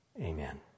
Amen